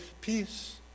peace